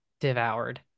devoured